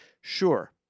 Sure